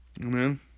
Amen